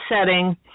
setting